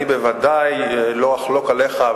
אני בוודאי לא אחלוק עליך,